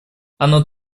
оно